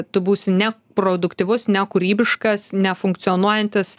tu būsi neproduktyvus nekūrybiškas nefunkcionuojantis